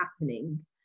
happening